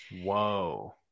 Whoa